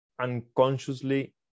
unconsciously